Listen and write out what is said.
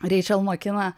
reičel mokina